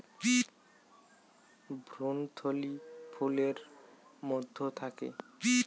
ভ্রূণথলি ফুলের মধ্যে থাকে